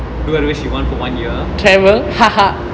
do whatever she want for one year